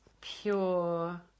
pure